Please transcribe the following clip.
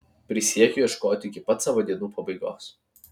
prisiekiu ieškoti iki pat savo dienų pabaigos